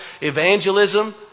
evangelism